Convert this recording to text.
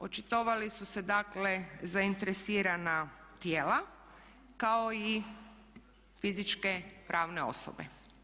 Očitovali su se dakle zainteresirana tijela kao i fizičke, pravne osobe.